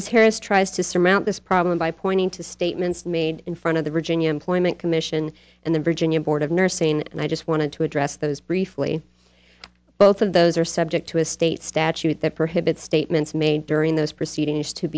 harris tries to surmount this problem by pointing to statements made in front of the region young point commission and the virginia board of nursing and i just wanted to address those briefly both of those are subject to a state statute that prohibit statements made during those proceedings to